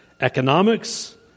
economics